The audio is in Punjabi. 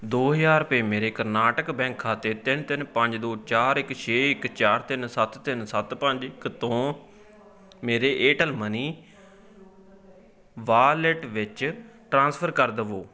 ਦੋ ਹਜ਼ਾਰ ਰੁਪਏ ਮੇਰੇ ਕਰਨਾਟਕ ਬੈਂਕ ਖਾਤੇ ਤਿੰਨ ਤਿੰਨ ਪੰਜ ਦੋ ਚਾਰ ਇੱਕ ਛੇ ਇੱਕ ਚਾਰ ਤਿੰਨ ਸੱਤ ਤਿੰਨ ਸੱਤ ਪੰਜ ਇੱਕ ਤੋਂ ਮੇਰੇ ਏਅਰਟੈੱਲ ਮਨੀ ਵਾਲਿਟ ਵਿੱਚ ਟ੍ਰਾਂਸਫਰ ਕਰ ਦਵੋ